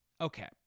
okay